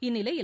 இந்நிலையில்